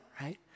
right